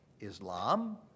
Islam